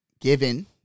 given